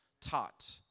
taught